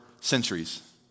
centuries